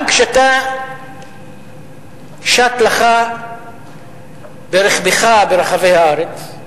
גם כשאתה שט לך ברכבך ברחבי הארץ,